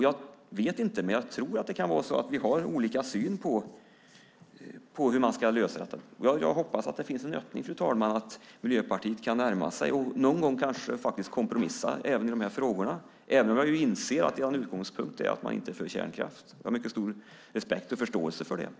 Jag vet inte, men jag tror att det kan vara så att vi har olika syn på hur man ska lösa detta. Jag hoppas att det finns en öppning, fru talman, och att Miljöpartiet kan närma sig och någon gång kanske faktiskt kompromissa, även i de här frågorna, även om jag inser att er utgångspunkt är att man inte är för kärnkraft. Jag har mycket stor respekt och förståelse för det.